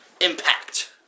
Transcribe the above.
Impact